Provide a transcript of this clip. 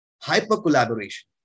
hyper-collaboration